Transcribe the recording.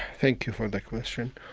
thank you for the question.